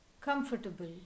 comfortable